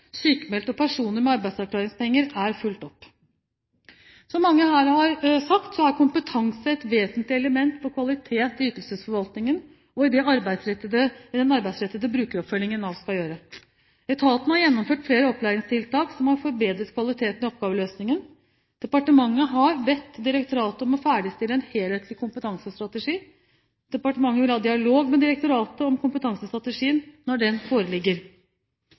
og personer med arbeidsavklaringspenger er fulgt opp. Som mange her har sagt, er kompetanse et vesentlig element for kvalitet i ytelsesforvaltningen og i den arbeidsrettede brukeroppfølgingen Nav skal gjøre. Etaten har gjennomført flere opplæringstiltak som har forbedret kvaliteten i oppgaveløsningen. Departementet har bedt direktoratet om å ferdigstille en helhetlig kompetansestrategi. Departementet vil ha dialog med direktoratet om kompetansestrategien når den foreligger.